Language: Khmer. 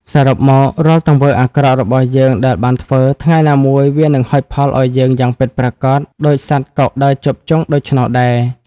សរុបមក រាល់ទង្វើអាក្រក់របស់យើងដែលបានធ្វើ ថ្ងៃណាមួយវានឹងហុចផលអោយយើងយ៉ាងពិតប្រាកដ ដូចសត្វកុកដើរជាប់ជង់ដូច្នោះដេរ។